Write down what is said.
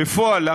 בפועל,